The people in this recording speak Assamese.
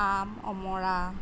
আম অমৰা